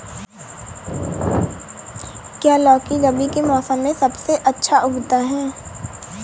क्या लौकी रबी के मौसम में सबसे अच्छा उगता है?